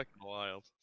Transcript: wild